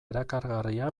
erakargarria